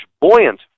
buoyant